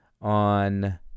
on